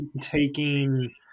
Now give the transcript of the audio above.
taking